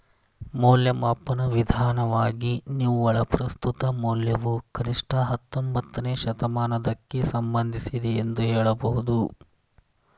ಮೌಲ್ಯಮಾಪನ ವಿಧಾನವಾಗಿ ನಿವ್ವಳ ಪ್ರಸ್ತುತ ಮೌಲ್ಯವು ಕನಿಷ್ಠ ಹತ್ತೊಂಬತ್ತನೇ ಶತಮಾನದಕ್ಕೆ ಸಂಬಂಧಿಸಿದೆ ಎಂದು ಹೇಳಬಹುದು